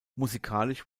musikalisch